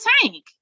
tank